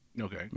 Okay